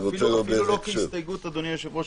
אפילו לא כהסתייגות, אדוני היושב-ראש.